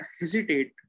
hesitate